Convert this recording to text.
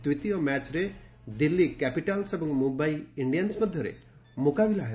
ଦ୍ୱିତୀୟ ମ୍ୟାଚରେ ଦିଲ୍ଲୀ କ୍ୟାପିଟାଲ୍ସ ଏବଂ ମୁମ୍ୟାଇ ଇଣ୍ଡିଆନୁ ମଧ୍ୟରେ ମୁକାବିଲା ହେବ